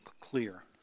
clear